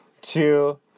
two